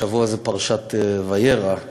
השבוע פרשת וירא.